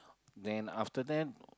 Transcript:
then after that